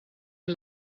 een